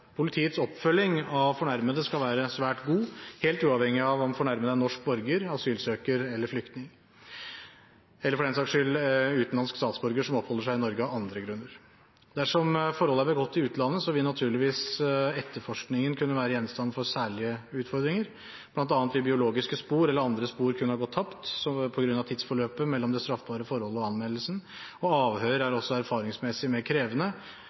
Politiets oppfølging av fornærmede skal være svært god helt uavhengig av om fornærmede er norsk borger, asylsøker eller flyktning, eller for den saks skyld utenlandsk statsborger som oppholder seg i Norge av andre grunner. Dersom handlingen er begått i utlandet, vil naturligvis etterforskningen kunne bli gjenstand for særlige utfordringer, bl.a. vil biologiske spor eller andre spor kunne ha gått tapt på grunn av tidsforløpet mellom det straffbare forholdet og anmeldelsen, og avhør er også erfaringsmessig mer krevende